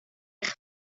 eich